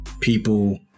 people